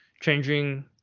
changing